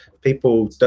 people